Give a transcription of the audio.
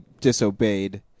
disobeyed